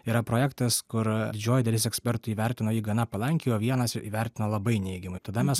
yra projektas kur didžioji dalis ekspertų įvertino jį gana palankiai o vienas įvertino labai neigiamai tada mes